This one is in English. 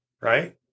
right